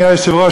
אדוני היושב-ראש,